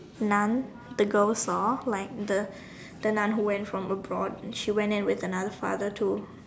Nun the girls saw like the the Nun who went from abroad she went in with another father to